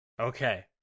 Okay